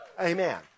Amen